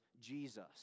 Jesus